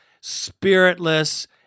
spiritless